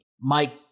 Mike